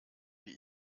wie